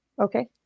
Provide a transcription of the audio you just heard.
Okay